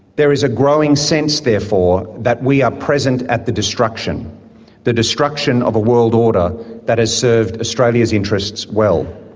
there is a growing sense, therefore, that we are present at the destruction the destruction of a world order that has served australia's interests well.